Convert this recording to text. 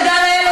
תודה לאל,